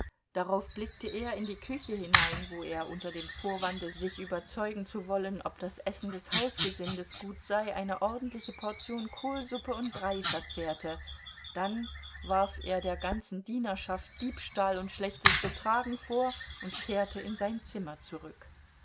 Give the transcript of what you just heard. darauf blickte er in die küche hinein wo er unter dem vorwande sich überzeugen zu wollen ob das essen des hausgesindes gut sei eine ordentliche portion kohlsuppe und brei verzehrte dann warf er der ganzen dienerschaft diebstahl und schlechtes betragen vor und kehrte in sein zimmer zurück